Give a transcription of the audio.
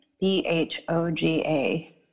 B-H-O-G-A